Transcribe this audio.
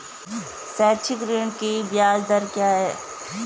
शैक्षिक ऋण की ब्याज दर क्या है?